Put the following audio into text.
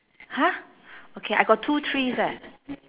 !huh! okay I got two trees eh